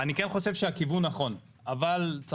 אני כן חושב שהכיוון הוא נכון אבל צריך